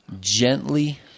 gently